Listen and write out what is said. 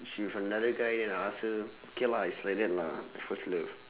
she with another guy then I ask her K lah it's like that lah first love